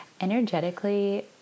Energetically